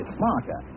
smarter